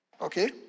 Okay